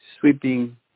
sweeping